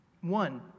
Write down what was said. One